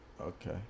Okay